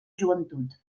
joventut